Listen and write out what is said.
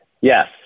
Yes